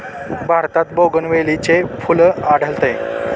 भारतात बोगनवेलीचे फूल आढळते